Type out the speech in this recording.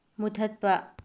ꯃꯨꯊꯠꯄ